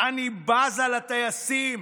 אני בזה לטייסים,